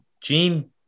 Gene